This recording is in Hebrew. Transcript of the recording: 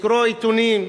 לקרוא עיתונים,